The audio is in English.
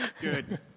Good